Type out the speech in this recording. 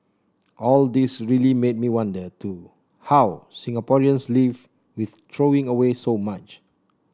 all this really made me wonder too how Singaporeans live with throwing away so much